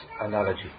analogy